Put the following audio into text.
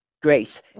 grace